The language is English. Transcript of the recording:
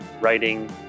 writing